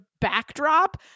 backdrop